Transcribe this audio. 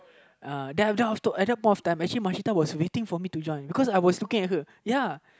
uh then then I was told at that point of time actually Mashita was waiting for me to join because I was looking at her ya